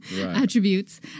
attributes